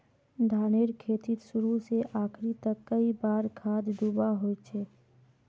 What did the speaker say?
धानेर खेतीत शुरू से आखरी तक कई बार खाद दुबा होचए?